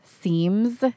seems